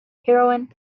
heroine